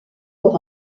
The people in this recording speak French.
pour